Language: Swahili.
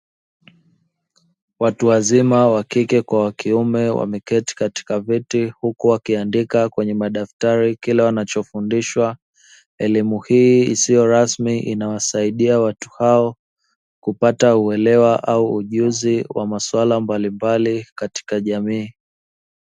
Watu wazima wakike kwa wa kiume wameketi katika viti huku wakiandika kwenye madaftari kila wanachofundishwa. Elimu hii isiyo rasmi inawasaidia watu hao kupata uelewa au ujuzi wa masuala mbalimbali katika jamii.